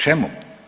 Čemu?